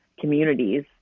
communities